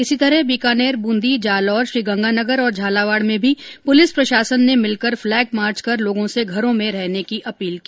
इसी तरह बीकानेर बुंदी जालोर श्रीगंगानगर और झालावाड में भी पुलिस प्रशासन ने मिलकर फ्लेगमार्च कर लोगों से घरों में रहने की अपील की